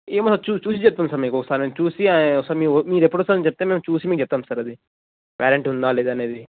ఏమైనా చూసి చూసి చెప్తాను సార్ మీకు ఒకసారి మేము చూసి మీరు ఎప్పుడు వస్తారు అని చెప్తే మేము చూసి చెప్తాం సార్ అది వారెంట్ ఉందా లేదా అనేది